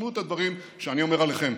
תשמעו את הדברים שאני אומר עליכם.